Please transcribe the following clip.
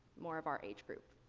more of our age group.